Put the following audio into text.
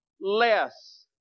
less